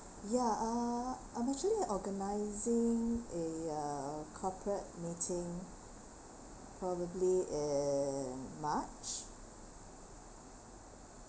ya uh I'm actually organising a uh corporate meeting probably in march